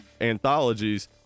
anthologies